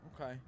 Okay